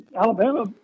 Alabama